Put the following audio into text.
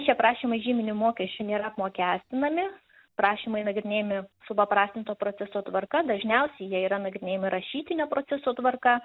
šie prašymai žyminiu mokesčiu nėra apmokestinami prašymai nagrinėjami supaprastinto proceso tvarka dažniausiai jie yra nagrinėjami rašytinio proceso tvarka